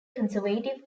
conservative